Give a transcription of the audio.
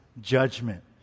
judgment